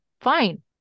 fine